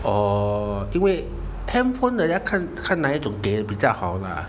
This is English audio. orh 因为 handphone 人家看看哪一种给的比较好啦